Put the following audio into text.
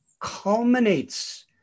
culminates